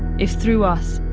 if through us,